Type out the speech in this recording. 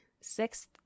sixth